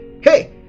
Hey